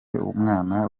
mwana